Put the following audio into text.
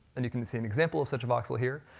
and you can see an example of such a voxel here.